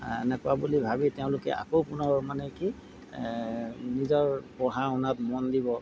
এনেকুৱা বুলি ভাবি তেওঁলোকে আকৌ পুনৰ মানে কি নিজৰ পঢ়া শুনাত মন দিব